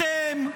אתם,